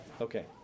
Okay